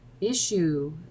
issue